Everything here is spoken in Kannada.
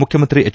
ಮುಖ್ಯಮಂತ್ರಿ ಎಚ್